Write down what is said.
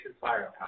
firepower